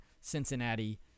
Cincinnati